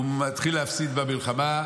הוא מתחיל להפסיד במלחמה,